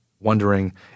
Wondering